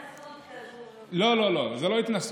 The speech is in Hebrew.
התנשאות כזאת, לא, לא, לא, זו לא התנשאות.